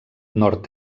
nord